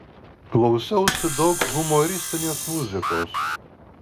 klausiausi daug humoristinės muzikos